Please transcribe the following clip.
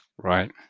Right